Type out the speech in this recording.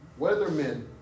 weathermen